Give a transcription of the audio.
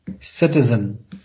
citizen